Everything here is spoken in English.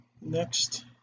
next